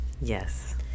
Yes